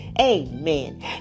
Amen